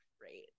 Great